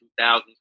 2000s